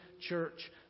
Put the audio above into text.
church